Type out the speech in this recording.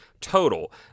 total